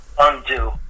undo